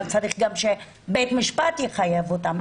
אבל צריך שגם בית המשפט יחייב אותם.